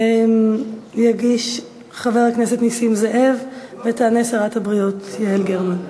מס' 2085. יגיש חבר הכנסת נסים זאב ותענה שרת הבריאות יעל גרמן.